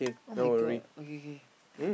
[oh]-my-god okay okay